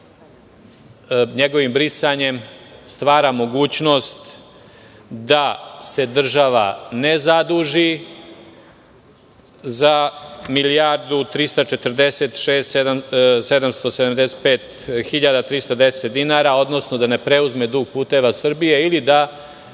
njegovim brisanjem stvara mogućnost da se država ne zaduži za 1.346.775.310 dinara, odnosno da ne preuzme dug "Puteva Srbije" ili da